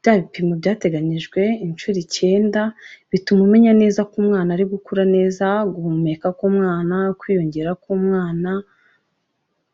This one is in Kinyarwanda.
bya bipimo byateganijwe inshuro icyenda bituma umenya neza ko umwana ari gukura neza, guhumeka, k'umwana, kwiyongera k'umwana.